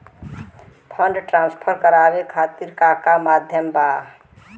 Fund transfer करवाये खातीर का का माध्यम बा?